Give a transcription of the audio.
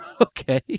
Okay